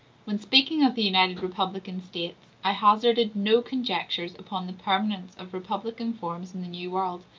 when speaking of the united republican states, i hazarded no conjectures upon the permanence of republican forms in the new world,